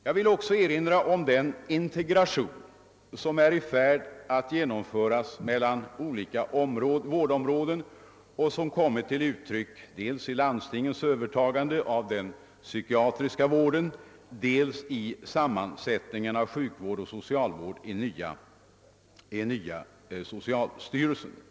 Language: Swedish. Jag vill också erinra om den integration mellan olika vårdområden som håller på att genomföras och som kommit till uttryck dels i landstingens övertagande av den psykiatriska vården, dels i sammanförandet av sjukvården och socialvården i den nya socialstyrelsen.